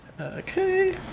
Okay